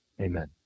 amen